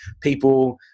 people